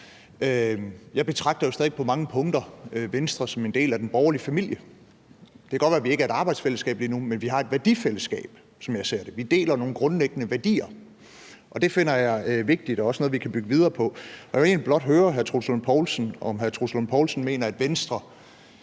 Jeg betragter jo stadig væk på mange punkter Venstre som en del af den borgerlige familie. Det kan godt være, at vi ikke er et arbejdsfællesskab lige nu, men vi har, som jeg ser det, et værdifællesskab; vi deler nogle grundlæggende værdier, og det finder jeg er vigtigt og også noget, vi kan bygge videre på. Og jeg vil egentlig blot høre hr. Troels Lund Poulsen, om hr.